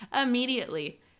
immediately